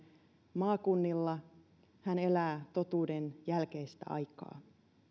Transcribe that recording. maakunnilla hän elää totuuden jälkeistä aikaa